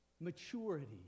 maturity